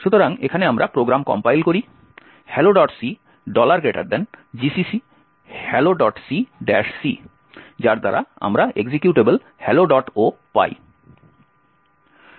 সুতরাং এখানে আমরা প্রোগ্রাম কম্পাইল করি helloc gcc helloc c যার দ্বারা আমরা এক্সিকিউটেবল helloo পাই